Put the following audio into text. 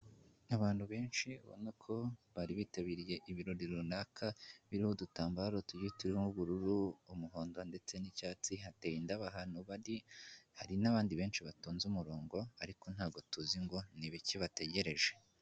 Abantu benshi ubona ko bari bitabiriye ibirori runaka birimo udutambaro tugiye turimo ubururu, umuhondo ndetse n'icyatsi, hateye indabo ahantu bari, hari n'abandi benshi batonze umurongo ariko ntabwo tuzi ngo ni ibiki bategereje.